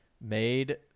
made